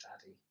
Daddy